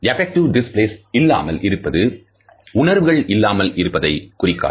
effective displays இல்லாமல் இருப்பது உணர்வுகள் இல்லாமல் இருப்பதை குறிக்காது